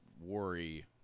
worry